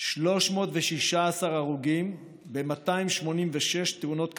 316 הרוגים ב-286 תאונות קטלניות.